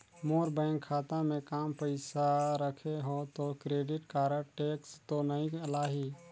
मोर bank खाता मे काम पइसा रखे हो तो क्रेडिट कारड टेक्स तो नइ लाही???